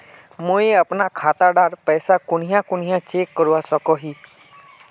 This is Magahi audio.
मुई अपना खाता डात पैसा कुनियाँ कुनियाँ चेक करवा सकोहो ही?